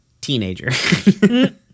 teenager